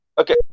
Okay